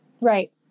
Right